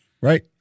right